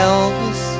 Elvis